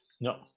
No